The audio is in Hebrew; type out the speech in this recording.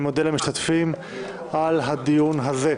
אני מודה למשתתפים על הדיון הזה.